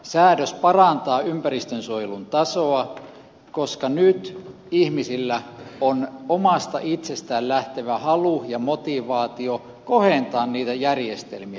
säädös parantaa ympäristönsuojelun tasoa koska nyt ihmisillä on omasta itsestään lähtevä halu ja motivaatio kohentaa niitä järjestelmiä